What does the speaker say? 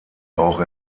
auch